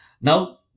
Now